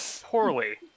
Poorly